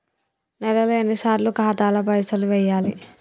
నెలలో ఎన్నిసార్లు ఖాతాల పైసలు వెయ్యాలి?